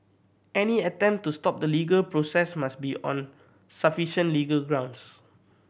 any attempt to stop the legal process must be on sufficient legal grounds